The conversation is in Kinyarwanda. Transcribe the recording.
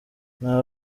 nta